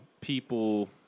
people